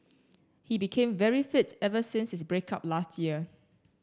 he became very fit ever since his break up last year